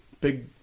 big